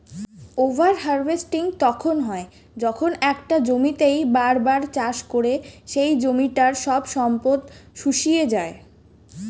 over harvesting তখন হয় যখন একটা জমিতেই বার বার চাষ করে সেই জমিটার সব সম্পদ শুষিয়ে যায়